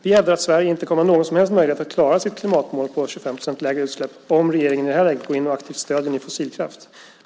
Vi hävdar att Sverige inte kommer att ha någon som helst möjlighet att klara sitt klimatmål om 25 % lägre utsläpp om regeringen i det här läget går in och aktivt stöder ny fossilkraft.